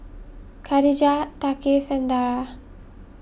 Khadija Thaqif and Dara